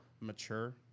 mature